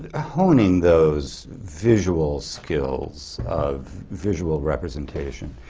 ah honing those visual skills of visual representation.